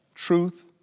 truth